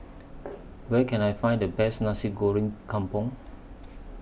Where Can I Find The Best Nasi Goreng Kampung